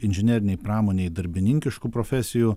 inžinerinei pramonei darbininkiškų profesijų